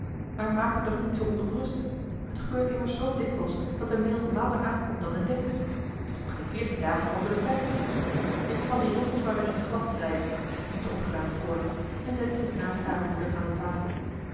maar maak u toch niet zoo ongerust t gebeurt immers zoo dikwijls dat de mail later aankomt dan men denkt t is nog geen veertien dagen over den tijd ik zal die rimpels maar eens weer glad strijken ging ze opgeruimd voort en zette zich naast hare moeder aan de tafel